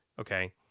okay